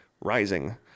rising